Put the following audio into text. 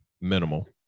minimal